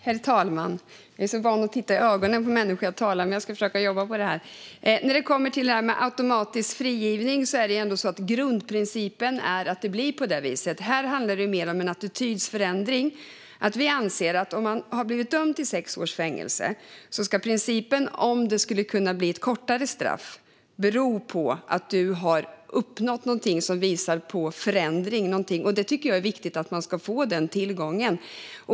Herr talman! Jag är så van att titta i ögonen på människor jag talar med, men jag ska försöka att jobba på det! När det gäller automatisk frigivning är grundprincipen att det blir på det viset. Här handlar det mer om en attitydförändring. Vi anser att om man har blivit dömd till sex års fängelse ska principen för att det skulle kunna bli ett kortare straff vara att man har uppnått någonting som visar på förändring. Jag tycker att det är viktigt att man ska få den tillgången.